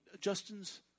Justin's